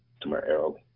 tomorrow